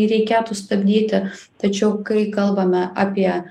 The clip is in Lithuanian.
jį reikėtų stabdyti tačiau kai kalbame apie